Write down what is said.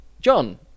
John